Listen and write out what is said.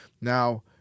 Now